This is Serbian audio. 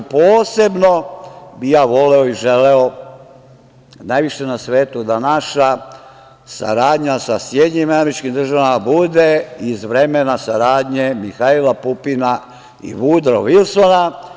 Posebno bih ja voleo i želeo, najviše na svetu, da naša saradnja sa SAD bude iz vremena saradnje Mihajla Pupina i Vudroa Vilsona.